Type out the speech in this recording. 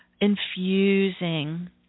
infusing